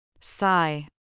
Sigh